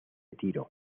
tiro